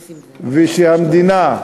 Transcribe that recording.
ושהמדינה,